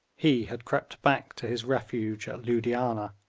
he had crept back to his refuge at loodianah.